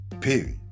period